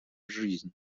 жизнь